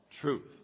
truth